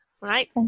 Right